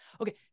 okay